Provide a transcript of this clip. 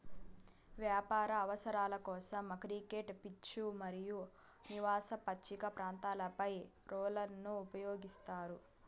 వ్యవసాయ అవసరాల కోసం, క్రికెట్ పిచ్లు మరియు నివాస పచ్చిక ప్రాంతాలపై రోలర్లను ఉపయోగిస్తారు